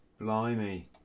Blimey